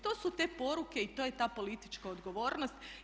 To su te poruke i to je ta politička odgovornost.